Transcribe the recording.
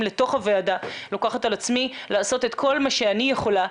לתוך הוועדה לוקחת על עצמי לעשות את כל מה שאני יכולה,